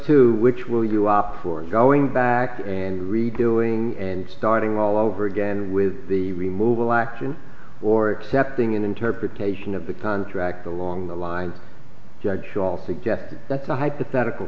two which will you opt for going back and redoing and starting all over again with the removal action or accepting an interpretation of the contract along the lines judge all suggest that's a hypothetical